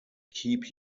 keep